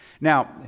Now